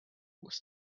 was